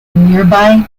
nearby